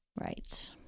Right